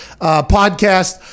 podcast